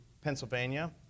Pennsylvania